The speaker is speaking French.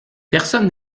personne